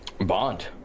bond